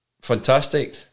fantastic